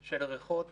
של ריחות